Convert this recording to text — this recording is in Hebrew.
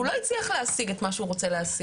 כי הוא לא הצליח להשיג את מה שהוא רוצה להשיג.